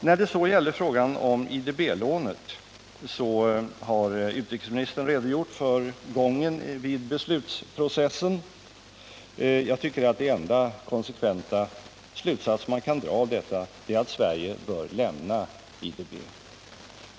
När det så gällde frågan om IDB-lånet har utrikesministern redogjort för gången i beslutsprocessen. Jag tycker att den enda konsekventa slutsats man kan dra härav är att Sverige bör lämna IDB.